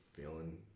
Feeling